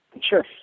Sure